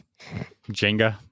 Jenga